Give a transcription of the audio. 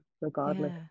regardless